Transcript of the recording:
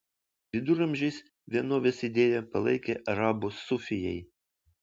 viduramžiais vienovės idėją palaikė arabų sufijai